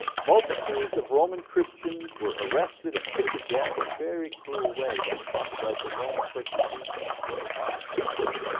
multitudes of roman christians were arrested and put to death in very cruel ways. we talk about the roman persecutions. what we're talking about here,